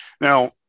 now